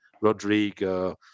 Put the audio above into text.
Rodrigo